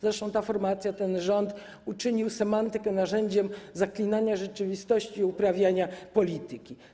Zresztą ta formacja, ten rząd uczynili semantykę narzędziem zaklinania rzeczywistości, uprawiania polityki.